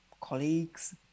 colleagues